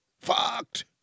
Fucked